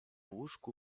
łóżku